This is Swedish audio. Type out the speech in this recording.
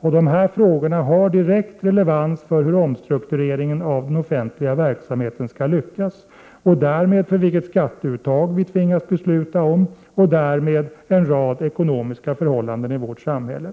De här frågorna har direkt relevans för hur omstruktureringen av den offentliga verksamheten skall lyckas, och därmed för vilket skatteuttag vi tvingas besluta om och därmed en rad ekonomiska förhållanden i vårt samhälle.